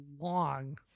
long